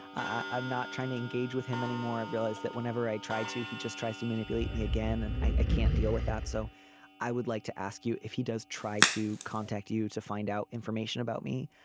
i'm not trying to engage with him anymore i realize that whenever i tried to he just tries to manipulate me again and i can't deal with that so i would like to ask you if he does try to contact you to find out information about me.